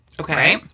Okay